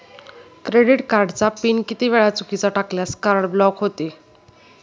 Credit कार्डचा PIN किती वेळा चुकीचा टाकल्यास कार्ड ब्लॉक होते?